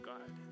God